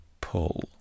pull